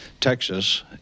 Texas